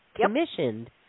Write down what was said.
commissioned